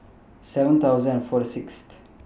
seven thousand and Fort Sixth